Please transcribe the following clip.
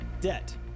Debt